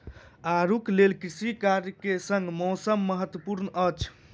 आड़ूक लेल कृषि कार्य के संग मौसम महत्वपूर्ण अछि